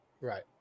Right